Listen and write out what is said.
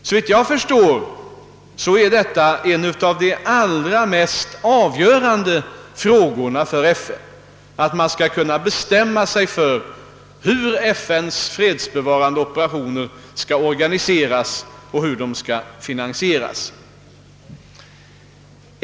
Att bestämma hur FN:s fredsbevarande operationer skall organiseras och finansieras är, såvitt jag förstår, en av de mest avgörande frågorna för FN.